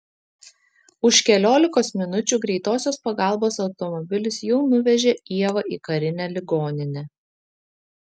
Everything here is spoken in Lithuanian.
už keliolikos minučių greitosios pagalbos automobilis jau nuvežė ievą į karinę ligoninę